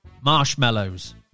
marshmallows